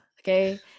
okay